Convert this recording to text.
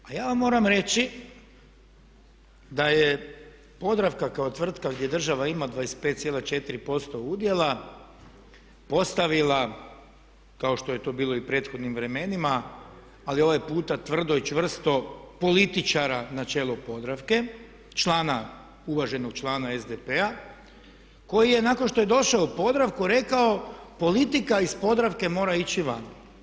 A ja vam moram reći da je Podravka kao tvrtka gdje država ima 25,4% udjela postavila kao što je to bilo i u prethodnim vremenima ali ovaj puta tvrdo i čvrsto političara na čelo Podravke, uvaženog člana SDP-a koji je nakon što je došao u Podravku rekao politika iz Podravke mora ići van.